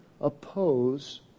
oppose